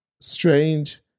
strange